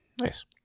Nice